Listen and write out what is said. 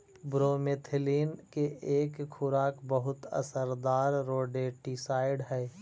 bromethalin के एके खुराक बहुत असरदार रोडेंटिसाइड हई